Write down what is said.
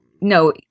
No